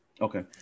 Okay